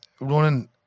running